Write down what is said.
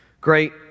great